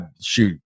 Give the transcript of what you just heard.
shoot